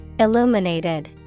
Illuminated